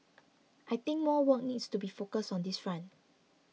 I think more want needs to be focused on this front